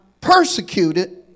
persecuted